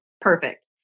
Perfect